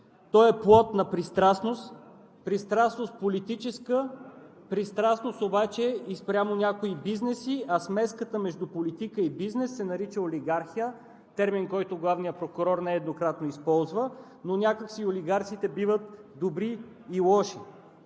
То е плод на пристрастност – пристрастност политическа, пристрастност обаче и спрямо някои бизнеси, а смеската между политика и бизнес се нарича олигархия. Термин, който главният прокурор нееднократно използва, но някак си олигарсите биват добри и лоши.